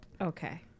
Okay